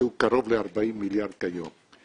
שהוא קרוב ל-40 מיליארד כיום,